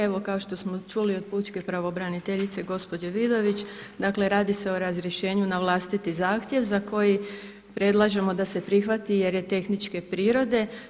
Evo kao što smo čuli od pučke pravobraniteljice gospođe Vidović dakle radi se o razrješenju na vlastiti zahtjev za koji predlažemo da se prihvati jer je tehničke prirode.